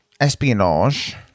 espionage